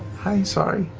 hi, sorry.